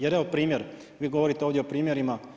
Jer evo primjer vi govorite ovdje o primjerima.